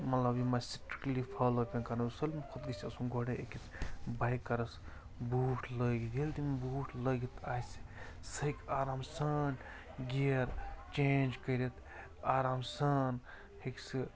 مطلب یِم اَسہِ سٕٹرٕکلی فالو پٮ۪ن کَرٕنۍ سٲلمو کھۄتہٕ گَژھِ آسُن گۄڈَے أکِس بایکَرَس بوٗٹھ لٲگِتھ ییٚلہِ تٔمۍ بوٗٹھ لٲگِتھ آسہِ سُہ ہیٚکہِ آرام سان گِیَر چینٛج کٔرِتھ آرام سان ہیٚکہِ سُہ